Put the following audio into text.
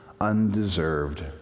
undeserved